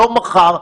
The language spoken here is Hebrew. לא מחר,